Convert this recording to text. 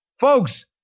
folks